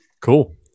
Cool